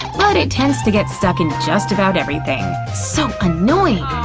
but it tends to get stuck in just about everything! so annoying!